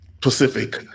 Pacific